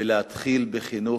ולהתחיל בחינוך.